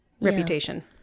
reputation